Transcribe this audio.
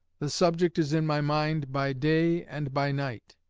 the subject is in my mind by day and by night.